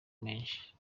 menshi